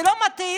וכשלא מתאים,